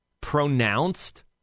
pronounced